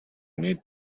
need